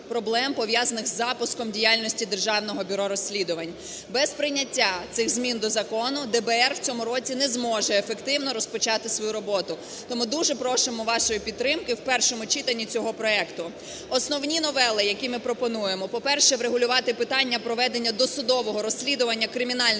проблем, пов'язаних із запуском діяльності Державного бюро розслідувань. Без прийняття цих змін до закону ДБР в цьому році не зможе ефективно розпочати свою роботу. Тому дуже просимо вашої підтримки в першому читанні цього проекту. Основні новели, які ми пропонуємо. По-перше, врегулювати питання проведення досудового розслідування кримінальних